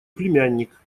племянник